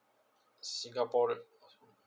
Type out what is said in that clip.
singaporean